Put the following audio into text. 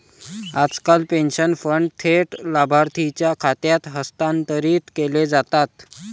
आजकाल pension fund थेट लाभार्थीच्या खात्यात हस्तांतरित केले जातात